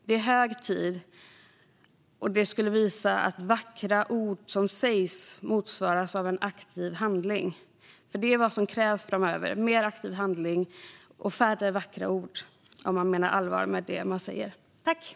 Det är hög tid, och det skulle visa att de vackra orden motsvaras av aktiv handling. Om man menar allvar med det man säger är detta vad som krävs framöver: mer aktiv handling och färre vackra ord.